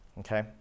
Okay